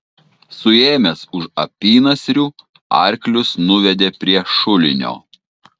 suėmęs už apynasrių arklius nuvedė prie šulinio